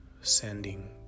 sending